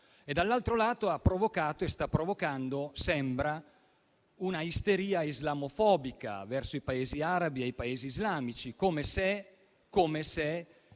dall'altro lato, ha provocato e sta provocando un'isteria islamofobica verso i Paesi arabi e i Paesi islamici, come se